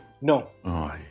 No